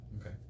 Okay